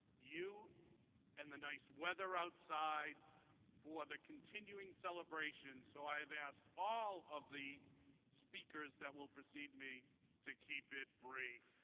you and the nice weather outside for the continuing celebration. so i have asked all of the speakers that will precede me to keep it brief.